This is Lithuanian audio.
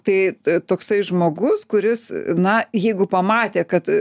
tai toksai žmogus kuris na jeigu pamatė kad